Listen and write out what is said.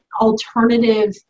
alternative